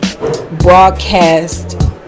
Broadcast